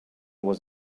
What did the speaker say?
was